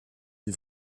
des